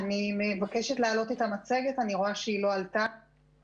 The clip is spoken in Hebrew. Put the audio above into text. המצגת כולה משקפת את